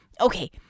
Okay